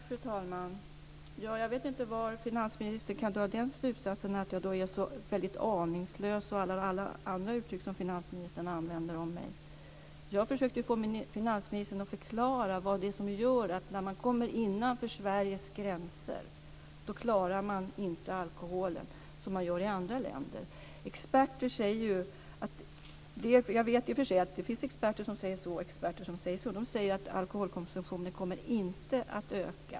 Fru talman! Jag vet inte hur finansministern kan dra slutsatsen att jag är så väldigt aningslös och alla andra uttryck som finansministern använde om mig. Jag försökte få finansministern att förklara vad det är som gör att när man kommer innanför Sveriges gränser så klarar man inte alkoholen som man gör i andra länder. Jag vet i och för sig att olika experter säger olika saker. Men det finns experter som säger att alkoholkonsumtionen inte kommer att öka.